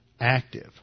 active